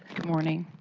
good morning.